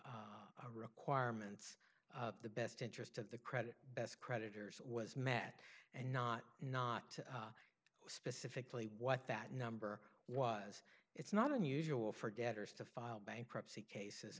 requirements of the best interest of the credit best creditors was met and not not specifically what that number was it's not unusual for debtors to file bankruptcy